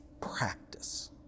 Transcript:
practice